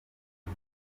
rwe